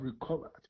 recovered